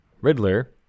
Riddler